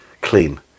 clean